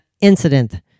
incident